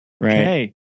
Right